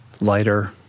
Lighter